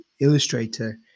Illustrator